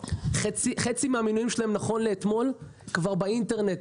מחצית מהמנויים שלהם נכון לאתמול כבר באינטרנט.